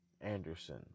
Anderson